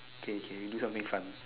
okay okay we do something fun